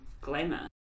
glamour